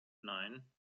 nein